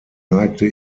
neigte